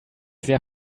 sehr